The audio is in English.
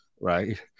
right